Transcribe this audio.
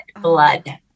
blood